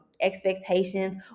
expectations